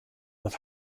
dat